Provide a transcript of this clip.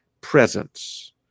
presence